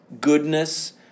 goodness